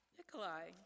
Nikolai